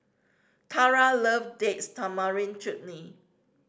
Tarah love Date Tamarind Chutney